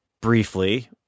briefly